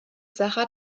sacher